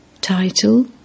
Title